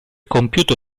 compiuto